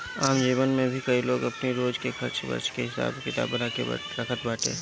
आम जीवन में भी कई लोग अपनी रोज के खर्च वर्च के हिसाब किताब बना के रखत बाटे